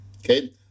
Okay